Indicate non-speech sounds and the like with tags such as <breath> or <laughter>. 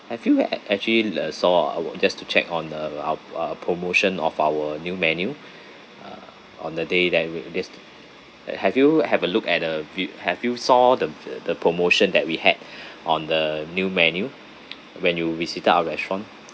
have you like act~ actually the saw ah our just to check on the our ah promotion of our new menu uh on the day that with this a~ have you have a look at the vi~ have you saw the the the promotion that we had <breath> on the new menu when you visited our restaurant